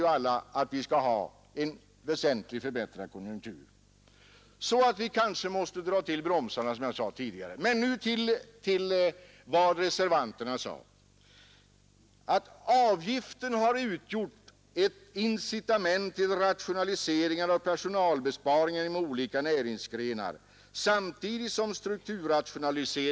Då blir det ändå 1 080 kronor för den som har ett barn, 1 980 kronor för två barn, 4 320 kronor för tre barn, 5 220 kronor för fyra barn och 7 320 kronor för fem barn.